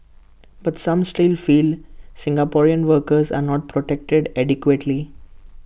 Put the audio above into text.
but some still feel Singaporeans workers are not protected adequately